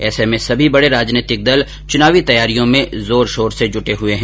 ऐसे में सभी बड़े राजनैतिक दल चुनावी तैयारियों में जोर शोर से जुट गए है